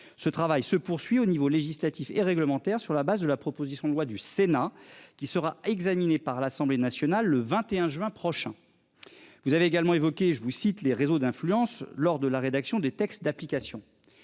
Ce travail se poursuit au niveau législatif et réglementaire sur la base de la proposition de loi du Sénat qui sera examiné par l'Assemblée nationale le 21 juin prochain. Vous avez également évoqué je vous cite les réseaux d'influence lors de la rédaction des textes d'application.